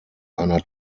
einer